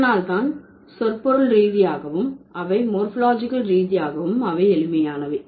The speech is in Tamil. அதனால் தான் சொற்பொருள் ரீதியாகவும் அவை மோர்பாலஜிகல் ரீதியாகவும் அவை எளிமையானவை